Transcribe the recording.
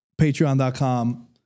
patreon.com